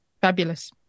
Fabulous